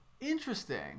interesting